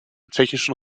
tschechischen